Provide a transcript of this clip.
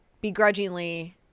begrudgingly